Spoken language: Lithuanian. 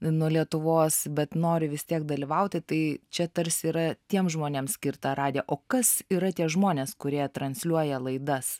nuo lietuvos bet nori vis tiek dalyvauti tai čia tarsi yra tiems žmonėms skirta radija o kas yra tie žmonės kurie transliuoja laidas